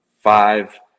five